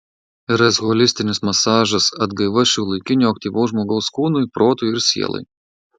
rs holistinis masažas atgaiva šiuolaikinio aktyvaus žmogaus kūnui protui ir sielai